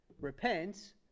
repent